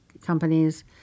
companies